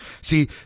See